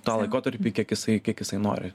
tą laikotarpį kiek jisai kiek jisai nori